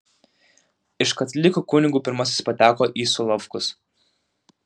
iš katalikų kunigų pirmasis pateko į solovkus